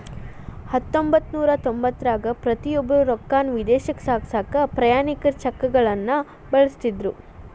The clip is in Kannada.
ಹತ್ತೊಂಬತ್ತನೂರ ತೊಂಬತ್ತರಾಗ ಪ್ರತಿಯೊಬ್ರು ರೊಕ್ಕಾನ ವಿದೇಶಕ್ಕ ಸಾಗ್ಸಕಾ ಪ್ರಯಾಣಿಕರ ಚೆಕ್ಗಳನ್ನ ಬಳಸ್ತಿದ್ರು